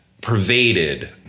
pervaded